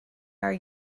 are